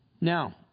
Now